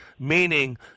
Meaning